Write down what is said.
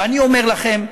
ואני אומר לכם,